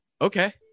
Okay